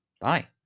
Bye